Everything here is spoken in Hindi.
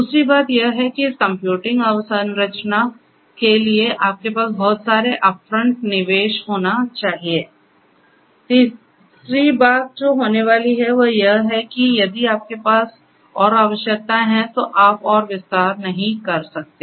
दूसरी बात यह है कि इस कंप्यूटिंग अवसंरचना के लिए आपके पास बहुत सारे अपफ्रंट निवेश होने चाहिए एक तीसरी बात जो होने वाली है वह यह है कि यदि आपके पास और आवश्यकताएं हैं तो आप और विस्तार नहीं कर सकते